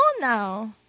now